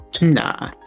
nah